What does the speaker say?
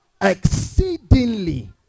exceedingly